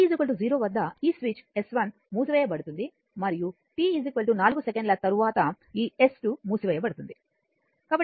కాబట్టి t 0 వద్ద ఈ స్విచ్ S1 మూసివేయబడుతుంది మరియు t 4 సెకన్ల తరువాత ఈ S2 మూసివేయబడుతుంది